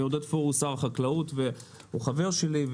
עודד פורר הוא שר החקלאות והוא חבר שלי,